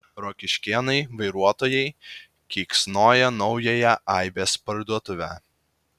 rokiškėnai vairuotojai keiksnoja naująją aibės parduotuvę